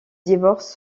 divorce